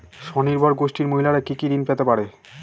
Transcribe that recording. স্বনির্ভর গোষ্ঠীর মহিলারা কি কি ঋণ পেতে পারে?